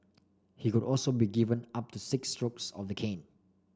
he could also be given up to six strokes of the cane